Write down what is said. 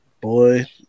Boy